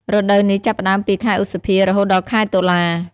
រដូវនេះចាប់ផ្តើមពី ខែឧសភា រហូតដល់ខែតុលា។